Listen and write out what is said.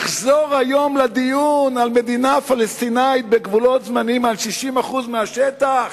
לחזור היום לדיון על מדינה פלסטינית בגבולות זמניים על 60% מהשטח,